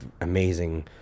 amazing